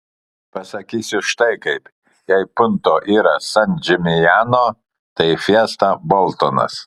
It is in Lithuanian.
pasakysiu štai kaip jei punto yra san džiminjano tai fiesta boltonas